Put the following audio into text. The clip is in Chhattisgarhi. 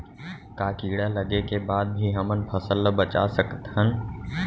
का कीड़ा लगे के बाद भी हमन फसल ल बचा सकथन?